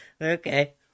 Okay